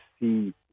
see